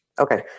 Okay